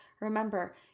Remember